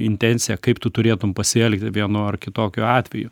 intenciją kaip tu turėtum pasielgti vienu ar kitokiu atveju